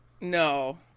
No